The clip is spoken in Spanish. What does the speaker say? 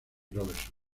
robertson